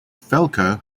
falco